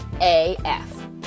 AF